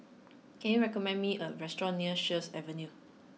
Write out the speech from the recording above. can you recommend me a restaurant near Sheares Avenue